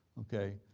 okay,